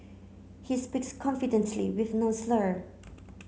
he speaks confidently with no slur